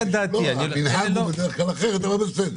לא, המנהג הוא בדרך כלל אחרת, אבל בסדר.